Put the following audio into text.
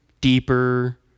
deeper